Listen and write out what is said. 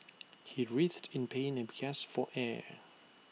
he writhed in pain and gasped for air